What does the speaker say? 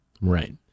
right